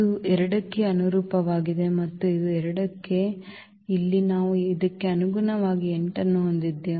ಇದು ಈ 2 ಕ್ಕೆ ಅನುರೂಪವಾಗಿದೆ ಮತ್ತು ಇದು 2 ಕ್ಕೆ ಅನುರೂಪವಾಗಿದೆ ಮತ್ತು ಇಲ್ಲಿ ನಾವು ಇದಕ್ಕೆ ಅನುಗುಣವಾಗಿ 8 ಅನ್ನು ಹೊಂದಿದ್ದೇವೆ